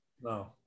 No